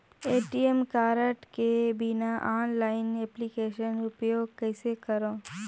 ATM card के बिना online application उपयोग कइसे करो?